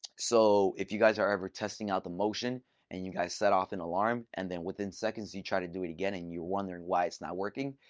so if you guys are ever testing out the motion and you guys set off an alarm, and then within seconds, you try to do it again and you wonder and why it's not working,